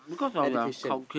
education